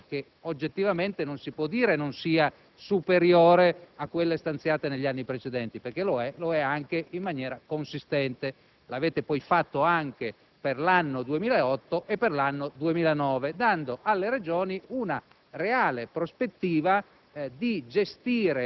perché 96 miliardi di euro sono una cifra che oggettivamente non si può dire non sia superiore a quelle stanziate negli anni precedenti: lo è, anche in maniera consistente, anche perché lo avete fatto pure per gli anni 2008 e 2009, dando alle Regioni una